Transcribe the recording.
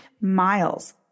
miles